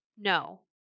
No